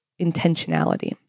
intentionality